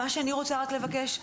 מה שאני רוצה לבקש,